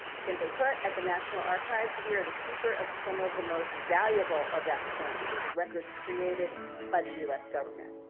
simply put, at the national archives we are the keeper of some of the most valuable of that currency, the records created by the u s. government.